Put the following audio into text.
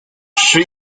she